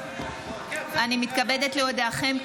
הינני מתכבדת להודיעכם,